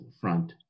front